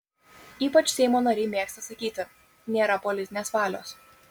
ypač seimo nariai mėgsta sakyti nėra politinės valios